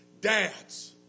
Dads